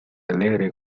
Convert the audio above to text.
alegre